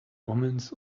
omens